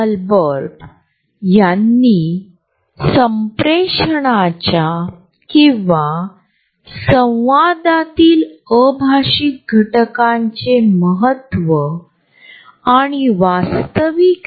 Edward Hall यांच्या प्रॉक्सिमिक्समध्ये असे काहीतरी होते जे आम्हाला परस्परांमधील सूक्ष्म अंतरा मधील रचना समजून घेण्यास मदत करते